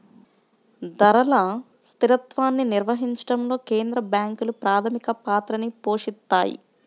ధరల స్థిరత్వాన్ని నిర్వహించడంలో కేంద్ర బ్యాంకులు ప్రాథమిక పాత్రని పోషిత్తాయి